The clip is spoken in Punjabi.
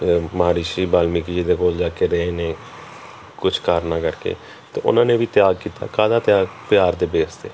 ਮਹਾਂ ਰਿਸ਼ੀ ਬਾਲਮੀਕੀ ਜੀ ਦੇ ਕੋਲ ਜਾ ਕੇ ਰਹੇ ਨੇ ਕੁਝ ਕਾਰਨਾਂ ਕਰਕੇ ਅਤੇ ਉਹਨਾਂ ਨੇ ਵੀ ਤਿਆਗ ਕੀਤਾ ਕਾਹਦਾ ਤਿਆਗ ਪਿਆਰ ਦੇ ਬੇਸ 'ਤੇ